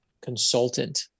consultant